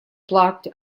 blocked